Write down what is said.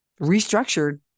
restructured